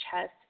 chest